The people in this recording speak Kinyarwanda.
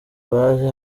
baje